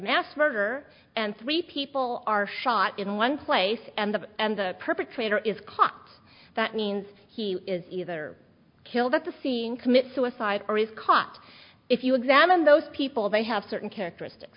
mass murder and three people are shot in one place and the perpetrator is caught that means he is either killed at the scene commits suicide or is caught if you examine those people they have certain characteristics